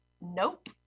Nope